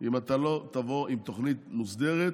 אם אתה לא תבוא עם תוכנית מוסדרת